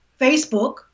facebook